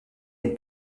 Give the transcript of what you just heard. une